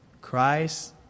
Christ